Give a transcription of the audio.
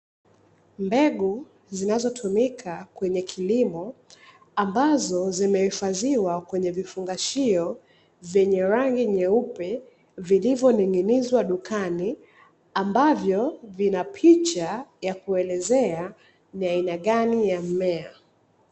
Mbegu zinazotumika kwenye kilimo ambazo zimehifadhiwa kwenye vifungashio, vyenye rangi nyeupe vilivoning’inizwa dukani. Ambavyo vina picha ya kuelezea ni aina gani ya mmea.